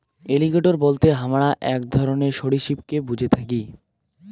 alligator বলতে হামরা আক ধরণের সরীসৃপকে বুঝে থাকি